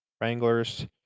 Wranglers